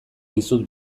dizut